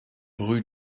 rue